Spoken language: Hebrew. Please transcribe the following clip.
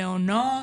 מעונות?